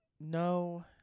No